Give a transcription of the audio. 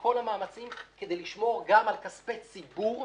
כל המאמצים כדי לשמור גם על כספי ציבור.